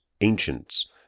Ancients